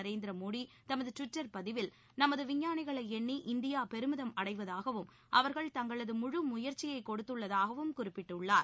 நரேந்திர மோடி தமது ட்விட்டர் பதிவில் நமது விஞ்ஞானிகளை எண்ணி இந்திய பெருமிதம் அடைவதாகவும் அவர்கள் தங்களது முழு முயற்சியைக் கொடுத்துள்ளதாகவும் குறிப்பிட்டுள்ளார்